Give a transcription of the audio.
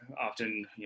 often